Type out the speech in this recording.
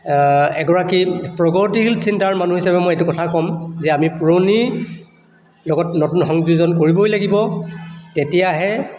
এগৰাকী প্ৰগতিশীল চিন্তাৰ মানুহ হিচাপে মই এইটো কথা ক'ম যে আমি পুৰণিৰ লগত নতুন সংযোজন কৰিবই লাগিব তেতিয়াহে